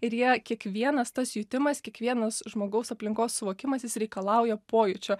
ir jie kiekvienas tas jutimas kiekvienas žmogaus aplinkos suvokimas jis reikalauja pojūčio